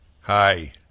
Hi